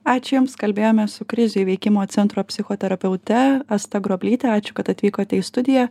ačiū jums kalbėjomės su krizių įveikimo centro psichoterapeute asta groblyte ačiū kad atvykote į studiją